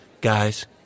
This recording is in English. Guys